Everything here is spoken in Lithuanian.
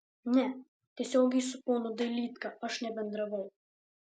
ne tiesiogiai su ponu dailydka aš nebendravau